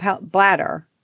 bladder